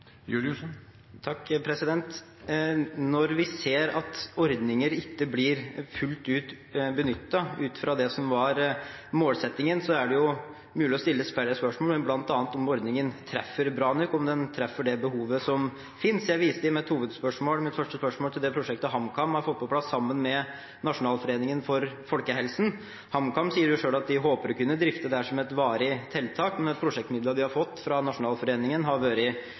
Når vi ser at ordninger ikke blir fullt ut benyttet ut fra det som var målsettingen, er det mulig å stille flere spørsmål, bl.a. om ordningene treffer bra nok, og om de treffer det behovet som fins. Jeg viste i mitt første spørsmål til det prosjektet som HamKam har fått på plass sammen med Nasjonalforeningen for folkehelsen. HamKam sier selv at de håper å kunne drifte dette som et varig tiltak, men at prosjektmidlene de har fått fra Nasjonalforeningen, har vært